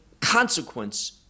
consequence